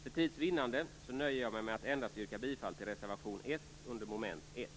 För tids vinnande nöjer jag mig med att endast yrka bifall till reservation 1 under mom. 1.